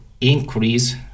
increase